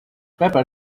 pepper